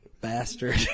bastard